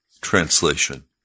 translation